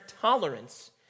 tolerance